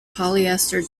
polyester